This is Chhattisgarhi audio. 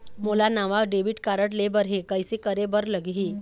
मोला नावा डेबिट कारड लेबर हे, कइसे करे बर लगही?